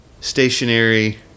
stationary